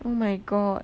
oh my god